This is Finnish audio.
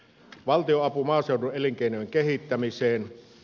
valtionapu maaseudun elinkeinojen kehittämiseen